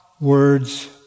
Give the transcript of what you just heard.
words